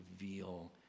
reveal